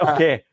Okay